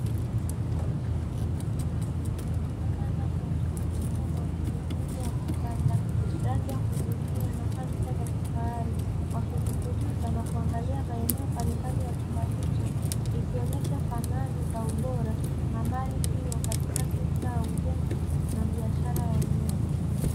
Watu wawili wamesimama ndani ya chumba kikubwa chenye muundo wa kisasa, rangi ya kuvutia na fanicha za kifahari wakizungumza na kuangalia maeneo mbalimbali ya chumba hicho, ikionyesha thamani za ubora na mali hiyo katika sekta ya ujenzi na biashara ya nyumba.